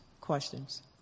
questions